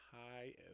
high